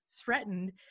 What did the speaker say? threatened